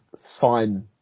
sign